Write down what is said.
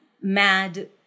mad